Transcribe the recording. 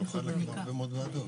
נוכל לקיים הרבה מאוד בעיות.